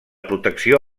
protecció